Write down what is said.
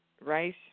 rice